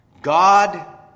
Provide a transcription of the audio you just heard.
God